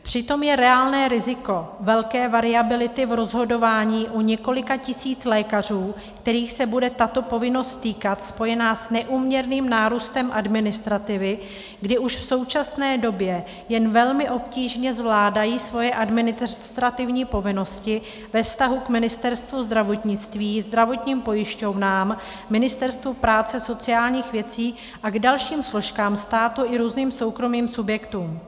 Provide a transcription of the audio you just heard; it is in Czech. Přitom je reálné riziko velké variability v rozhodování u několika tisíc lékařů, kterých se bude tato povinnost týkat, spojené s neúměrným nárůstem administrativy, kdy už v současné době jen velmi obtížně zvládají svoje administrativní povinnosti ve vztahu k Ministerstvu zdravotnictví, zdravotním pojišťovnám, Ministerstvu práce a sociálních věcí a k dalším složkám státu i různým soukromým subjektům.